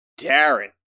Darren